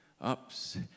Ups